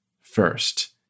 first